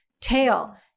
tail